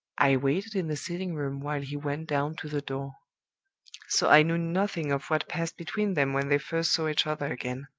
i waited in the sitting-room while he went down to the door so i knew nothing of what passed between them when they first saw each other again.